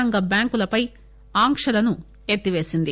రంగ బ్యాంకులపై ఆంక్షలను ఎత్తిపేసింది